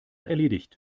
erledigt